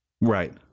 right